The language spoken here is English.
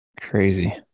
crazy